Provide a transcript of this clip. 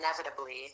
inevitably